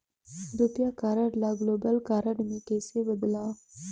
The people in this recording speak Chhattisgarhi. रुपिया कारड ल ग्लोबल कारड मे कइसे बदलव?